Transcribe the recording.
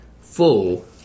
full